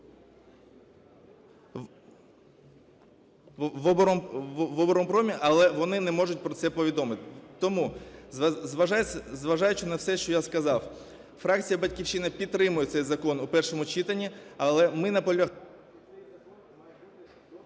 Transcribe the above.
В "Оборонпромі", але вони не можуть про це повідомити. Тому зважаючи на все, що я сказав, фракція "Батьківщина" підтримає цей закон в першому читанні, але ми наполягаємо…